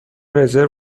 رزرو